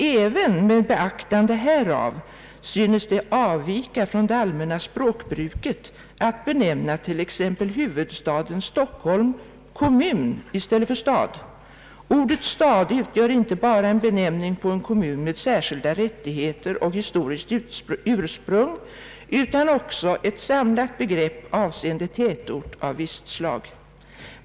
Även med beaktande härav, synes det avvika från det allmänna språkbruket att benämna t.ex. huvudstaden Stockholm kommun i stället för stad. Ordet stad utgör inte bara en benämning på en kommun med särskilda rättigheter av historiskt ursprung utan också ett samlat begrepp avseende tätort av visst slag.